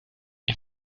ich